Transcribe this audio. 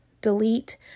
delete